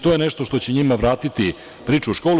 To je nešto što će njima vratiti priču u školu.